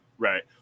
Right